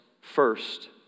first